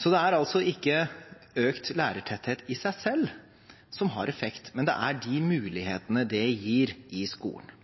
Det er altså ikke økt lærertetthet i seg selv som har effekt, det er de mulighetene det gir i skolen.